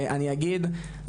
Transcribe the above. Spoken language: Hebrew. אני אגיד,